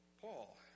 Paul